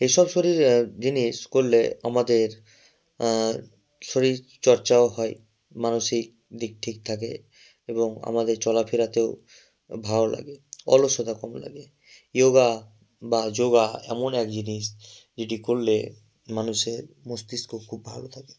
এইসব শরীর জিনিস করলে আমাদের শরীরচর্চাও হয় মানসিক দিক ঠিক থাকে এবং আমাদের চলাফেরাতেও ভালো লাগে অলসতা কম লাগে ইয়োগা বা যোগা এমন এক জিনিস যেটি করলে মানুষের মস্তিষ্ক খুব ভালো থাকে